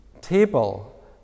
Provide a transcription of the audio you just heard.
table